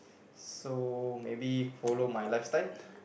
so maybe follow my lifestyle